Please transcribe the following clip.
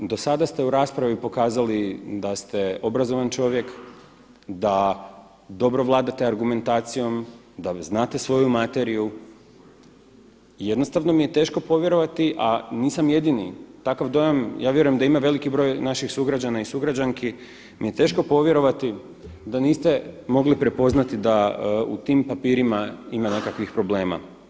Do sada ste u raspravi pokazali da ste obrazovan čovjek, da dobro vladate argumentacijom, da znate svoju materiju, jednostavno mi je teško povjerovati, a nisam jedini, takav dojam ja vjerujem da ima veliki broj naših sugrađana i sugrađanski, mi je teško povjerovati da niste mogli prepoznati da u tim papirima ima nekakvih problema.